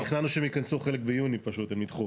תכננו שחלק ייכנסו ביוני, הם נדחו.